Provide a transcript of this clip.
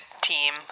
team